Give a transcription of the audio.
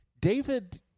David